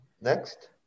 next